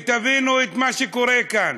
תבינו מה שקורה כאן,